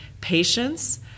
patience